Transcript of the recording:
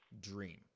dream